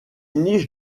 niche